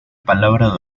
palabra